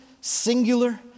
singular